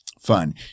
fun